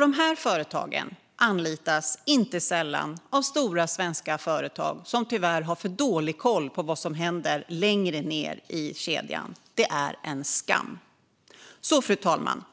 Dessa företag anlitas inte sällan av stora svenska företag, som tyvärr har för dålig koll på vad som händer längre ned i kedjan. Det är en skam. Fru talman!